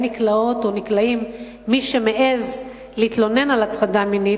נקלעות או נקלעים מי שמעזים להתלונן על הטרדה מינית,